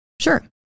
sure